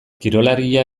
kirolaria